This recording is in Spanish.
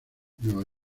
nueva